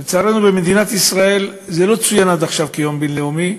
לצערנו במדינת ישראל זה לא צוין עד עכשיו כיום בין-לאומי.